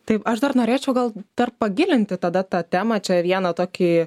taip aš dar norėčiau gal dar pagilinti tada tą temą čia vieną tokį